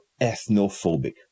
ethnophobic